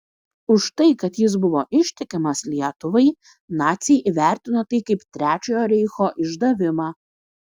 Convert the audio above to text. už tai kad jis buvo ištikimas lietuvai naciai įvertino tai kaip trečiojo reicho išdavimą